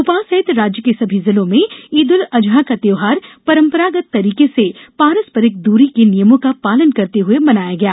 भोपाल सहित राज्य के सभी जिलों में ईद उल अजहा का त्यौहार परम्परागत तरिके से पारस्परिक दूरी के नियमों का पालन करते हुए मनाई गई